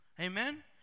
Amen